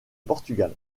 portugal